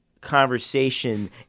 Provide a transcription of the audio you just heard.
conversation